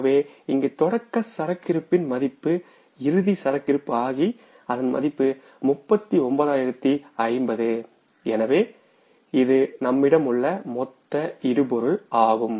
ஆகவே இங்கு தொடக்க சரக்கிருப்பின் மதிப்பு இறுதி சரக்கிருப்பாகி அதன் மதிப்பு 39050 எனவே இதுநம்மிடம் உள்ள மொத்த மூலப்பொருள் ஆகும